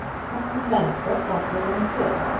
captain bannister promptly volunteered.